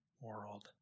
world